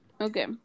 okay